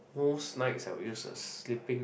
most nights I would use as sleeping